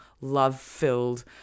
love-filled –